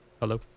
Hello